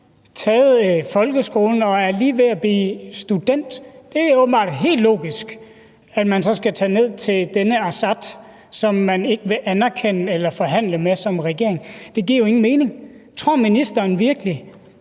taget folkeskoleeksamen og er lige ved at blive student, skal tage ned til denne Assad, som man ikke vil anerkende eller forhandle med som regering. Det giver jo ingen mening. Tror ministeren virkelig,